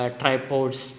tripods